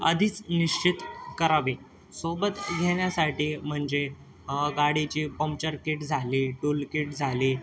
आधीच निश्चित करावी सोबत घेण्यासाठी म्हणजे गाडीची पम्चर किट झाली टूलकिट झाली